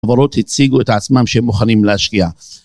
חברות הציגו את עצמם שהם מוכנים להשקיע.